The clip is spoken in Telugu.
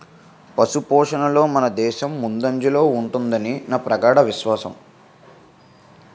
పశుపోషణలో మనదేశం ముందంజలో ఉంటుదని నా ప్రగాఢ విశ్వాసం